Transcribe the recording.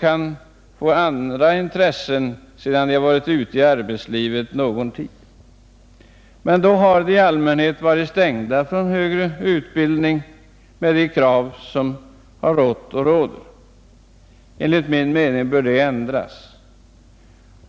kan få andra intressen sedan de varit ute i arbetslivet någon tid. Då har de i allmänhet hittills varit avstängda från möjligheter till högre utbildning på grund av de krav som har rått och råder. Enligt min mening bör detta ändras.